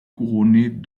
couronnés